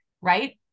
right